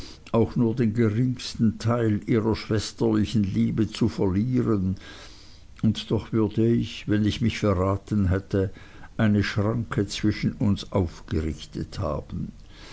auch nur den geringsten teil ihrer schwesterlichen liebe zu verlieren und doch würde ich wenn ich mich verraten hätte eine schranke zwischen uns aufgerichtet haben